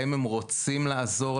האם הם רוצים לעזור לה?